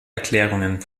erklärungen